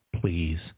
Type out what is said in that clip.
please